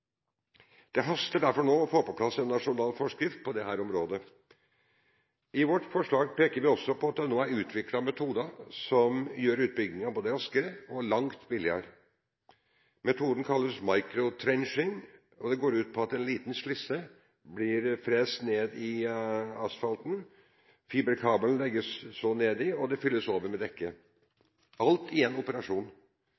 Det haster derfor nå med å få på plass en nasjonal forskrift på dette området. I vårt forslag peker vi også på at det nå er utviklet metoder som gjør utbyggingen både raskere og langt billigere. Metoden kalles «microtrenching» og går ut på at en liten slisse blir frest ned i asfalten, fiberkabelen legges så nedi, og det fylles over med dekke